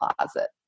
closet